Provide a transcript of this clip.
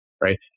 right